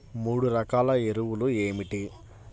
మూడు రకాల ఎరువులు ఏమిటి?